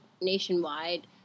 nationwide